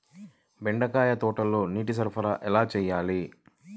బెండకాయ తోటలో నీటి సరఫరా ఎలా చేయాలి?